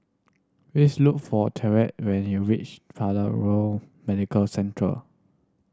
please look for Tyreke when you reach Paragon Medical Centre